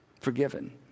forgiven